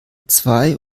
zwei